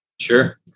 Sure